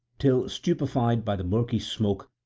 till, stupefied by the murky smoke,